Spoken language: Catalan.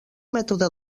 mètode